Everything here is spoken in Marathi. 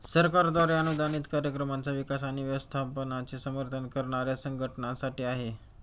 सरकारद्वारे अनुदानित कार्यक्रमांचा विकास आणि व्यवस्थापनाचे समर्थन करणाऱ्या संघटनांसाठी आहे